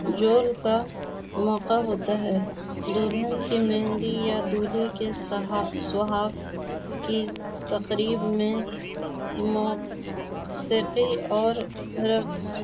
جول کا موقع ہوتا ہے دلہن کی مہندی یا دولہے کے سہگ سہاگ کی تقریب میں موسیقی اور رقص